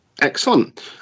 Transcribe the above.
Excellent